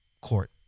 court